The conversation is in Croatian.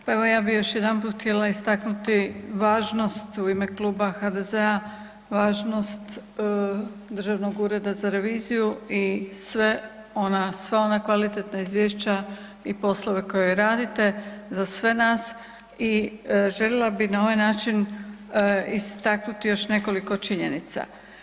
Pa evo ja bi još jedanput htjela istaknuti važnost u ime Kluba HDZ-a važnost Državnog ureda za reviziju i sve ona, sva ona kvalitetna izvješća i poslove koje radite za sve nas i željela bi na ovaj način istaknuti još nekoliko činjenica.